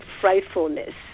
frightfulness